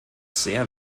sehr